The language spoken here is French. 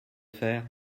faire